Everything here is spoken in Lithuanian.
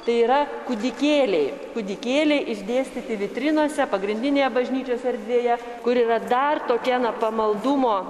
tai yra kūdikėliai kūdikėliai išdėstyti vitrinose pagrindinėje bažnyčios erdvėje kur yra dar tokia na pamaldumo